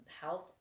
health